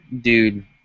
dude